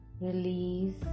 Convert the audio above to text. release